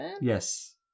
yes